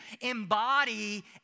embody